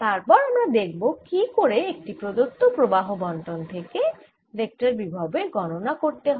তারপর আমরা দেখব কি করে একটি প্রদত্ত প্রবাহ বণ্টন থেকে ভেক্টর বিভবের গণনা করতে হয়